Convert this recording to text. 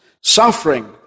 suffering